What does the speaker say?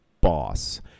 boss